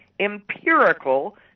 empirical